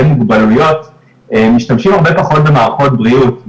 מוגבלויות משתמשים הרבה פחות במערכות בריאות,